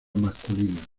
masculina